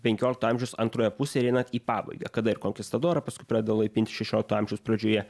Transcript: penkiolikto amžiaus antroje pusėje einant į pabaigą kada ir konkistadora paskui pradeda laipint šešiolikto amžiaus pradžioje